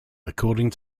according